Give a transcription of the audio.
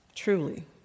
Truly